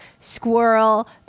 squirrel